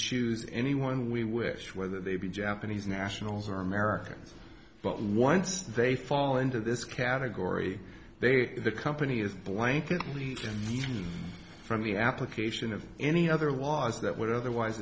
choose anyone we wish whether they be japanese nationals were americans but once they fall into this category the company is blank from the application of any other laws that would otherwise